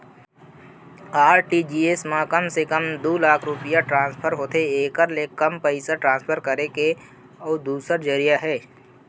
RTGS म कम से कम दू लाख रूपिया के ट्रांसफर होथे एकर ले कम पइसा ट्रांसफर करे के अउ दूसर जरिया हे